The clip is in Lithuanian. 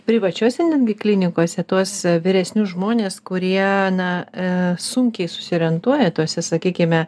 privačiose netgi klinikose tuos vyresnius žmones kurie na sunkiai susiorientuoja tose sakykime